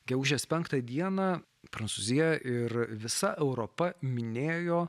gegužės penktą dieną prancūzija ir visa europa minėjo